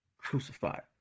crucified